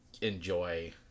enjoy